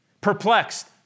Perplexed